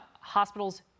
hospitals